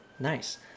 Nice